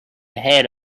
ahead